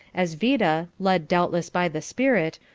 as vida, led doubtless by the spirit,